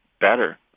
better